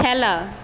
খেলা